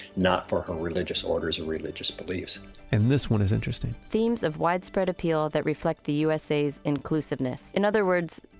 not for her religious orders or religious beliefs and this one is interesting themes of widespread appeal that reflect the usa's inclusiveness. in other words,